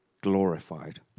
glorified